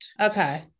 Okay